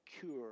cure